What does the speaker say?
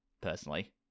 personally